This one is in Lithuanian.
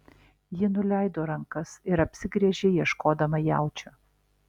ji nuleido rankas ir apsigręžė ieškodama jaučio